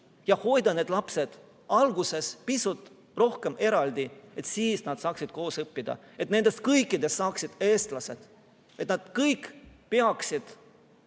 et hoida need lapsed alguses pisut rohkem eraldi, siis nad saaksid koos õppida, et nendest kõikidest saaksid eestlased, et nad kõik peaksid